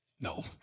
No